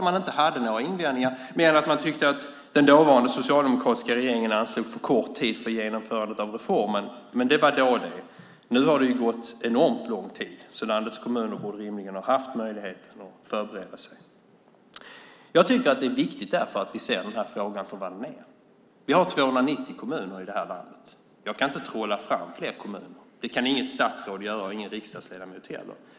Man hade inte några invändningar mer än att man tyckte att den dåvarande socialdemokratiska regeringen anslog för kort tid för genomförandet av reformen. Men det var då det. Nu har det ju gått enormt lång tid, så landets kommuner borde rimligen ha haft möjlighet att förbereda sig. Jag tycker att det är viktigt att vi ser den här frågan för vad den är. Vi har 290 kommuner i landet. Jag kan inte trolla fram flera kommuner. Det kan inget statsråd göra och ingen riksdagsledamot heller.